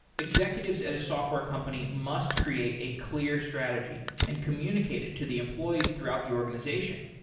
executives at a software company must create a clear strategy and communicate it to the employees throughout the organization.